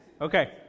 okay